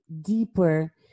deeper